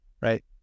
right